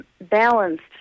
balanced